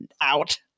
out